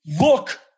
look